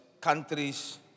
countries